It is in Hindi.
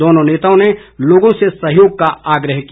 दोनों नेताओं ने लोगों से सहयोग का आग्रह किया